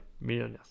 millionaires